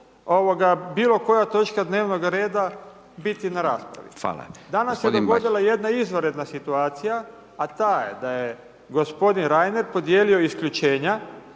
bilo koja točka dnevnoga reda biti na raspravi. … /Upadica Radin: Hvala./… Danas se dogodila jedna izvanredna situacija, a ta je da je gospodin Reiner podijelio isključenja,